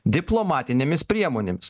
diplomatinėmis priemonėmis